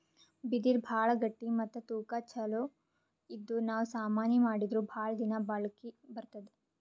ಬಿದಿರ್ ಭಾಳ್ ಗಟ್ಟಿ ಮತ್ತ್ ತೂಕಾ ಛಲೋ ಇದ್ದು ನಾವ್ ಸಾಮಾನಿ ಮಾಡಿದ್ರು ಭಾಳ್ ದಿನಾ ಬಾಳ್ಕಿ ಬರ್ತದ್